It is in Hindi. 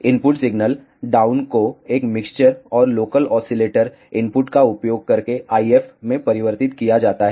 इनपुट सिग्नल डाउन को एक मिक्सर और लोकल ओसीलेटर इनपुट का उपयोग करके IF में परिवर्तित किया जाता है